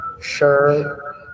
sure